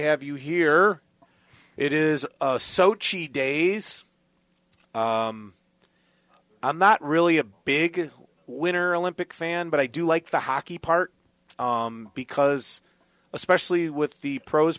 have you here it is sochi days i'm not really a big winner olympic fan but i do like the hockey part because especially with the pros